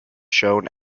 shown